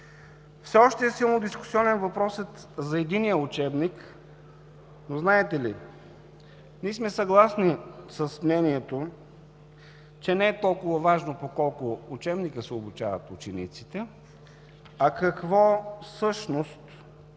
Все още е силно дискусионен въпросът за единия учебник, но знаете ли – ние сме съгласни с мнението, че не е толкова важно по колко учебника се обучават учениците, а какво всъщност се